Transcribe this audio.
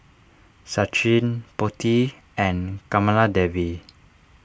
Sachin Potti and Kamaladevi